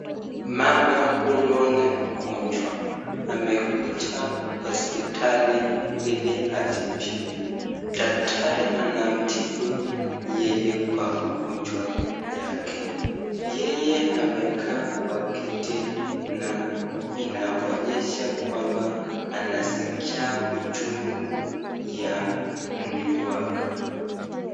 Mama huyo ni mgonjwa amekuja hospitali ili atibiwe, daktari anamtibu yeye kwa mgonjwa yake. Yeye amekaa kwa kiti na inaonyesha kwamba anaskia uchungu ya mwili wake.